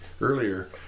earlier